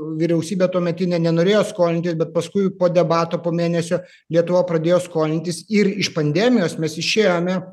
vyriausybė tuometinė nenorėjo skolinti bet paskui po debato po mėnesio lietuva pradėjo skolintis ir iš pandemijos mes išėjome